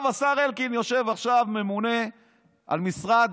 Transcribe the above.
השר אלקין יושב עכשיו, ממונה על משרד